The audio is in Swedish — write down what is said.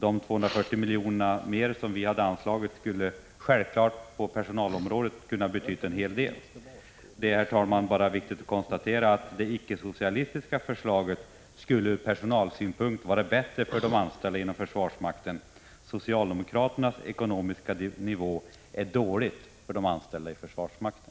De 240 miljoner mer som vi hade velat anslå skulle självfallet ha kunnat betyda en hel del på personalområdet. Det är, herr talman, viktigt att konstatera att de icke-socialistiska förslagen ur personalsynpunkt skulle vara bättre för de anställda inom försvarsmakten än regeringens. Den ekonomiska nivå som socialdemokraterna föreslår är dålig för de anställda i försvarsmakten.